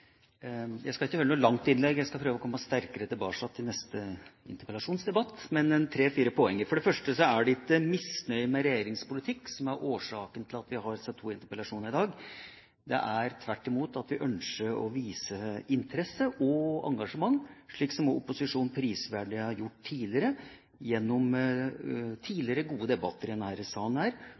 Jeg skal ikke holde noe langt innlegg. Jeg skal prøve å komme sterkere tilbake i neste interpellasjonsdebatt, men jeg har tre–fire poenger. For det første er det ikke misnøye med regjeringas politikk som er årsaken til at vi har disse to interpellasjonene i dag. Det er, tvert imot, at vi ønsker å vise interesse og engasjement, slik også opposisjonen prisverdig har gjort tidligere i gode debatter i denne salen,